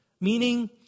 Meaning